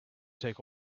take